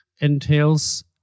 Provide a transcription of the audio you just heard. entails